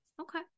Okay